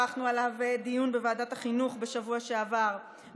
ערכנו עליו דיון בוועדת החינוך בשבוע שעבר,